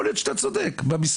יכול להיות שאתה צודק במספרים.